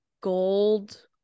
gold